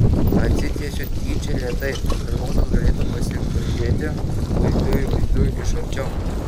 atsitiesiu tyčia lėtai kad bosas galėtų pasigrožėti puikiuoju vaizdu iš arčiau